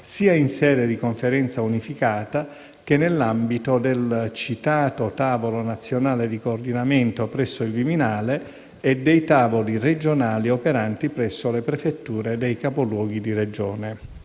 sia in sede di Conferenza unificata che nell'ambito del citato tavolo nazionale di coordinamento presso il Viminale e dei tavoli regionali operanti presso le prefetture dei capoluoghi di Regione.